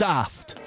Daft